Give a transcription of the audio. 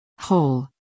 Whole